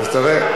אז תראה.